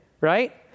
right